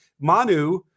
Manu